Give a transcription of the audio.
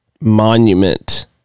monument